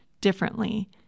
differently